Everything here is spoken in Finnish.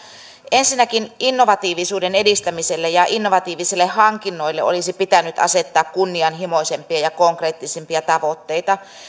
ensinnäkin innovatiivisuuden edistämiselle ja innovatiivisille hankinnoille olisi pitänyt asettaa kunnianhimoisempia ja konkreettisempia tavoitteita